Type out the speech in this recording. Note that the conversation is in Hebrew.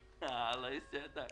תודה.